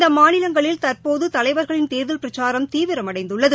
இந்தமாநிலங்களில் தற்போதுதலைவர்களின் தேர்தல் பிரச்சாரம் தீவிரமடைந்துள்ளது